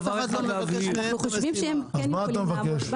אף אחד לא מבקש מהם משהו שהם לא יכולים לעמוד בו.